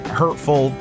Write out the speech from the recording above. hurtful